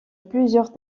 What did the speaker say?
plusieurs